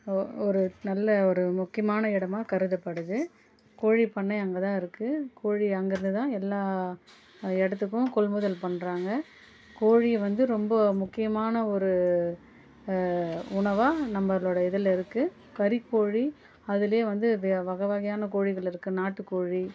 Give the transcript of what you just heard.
ஒ ஒரு நல்ல ஒரு முக்கியமான இடமா கருதப்படுது கோழிப்பண்ணை அங்கே தான் இருக்கு கோழி அங்கே இருந்து தான் எல்லா இடத்துக்கும் கொள் முதல் பண்ணுறாங்க கோழி வந்து ரொம்ப முக்கியமான ஒரு உணவாக நம்பளோட இதில் இருக்கு கறிக்கோழி அதுலையே வந்து வகை வகையான கோழிகள் இருக்கு நாட்டுக்கோழி